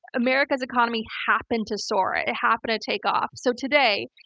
america's economy happened to soar, it and happened to take off, so today,